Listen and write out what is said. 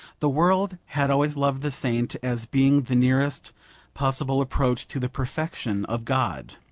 the world had always loved the saint as being the nearest possible approach to the perfection of god.